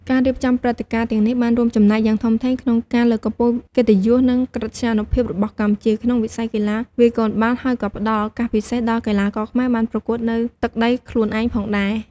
ការរៀបចំព្រឹត្តិការណ៍ទាំងនេះបានរួមចំណែកយ៉ាងធំធេងក្នុងការ លើកកម្ពស់កិត្តិយស និងកិត្យានុភាពរបស់កម្ពុជា ក្នុងវិស័យកីឡាវាយកូនបាល់ ហើយក៏ផ្តល់ឱកាសពិសេសដល់កីឡាករខ្មែរបានប្រកួតនៅទឹកដីខ្លួនឯងផងដែរ។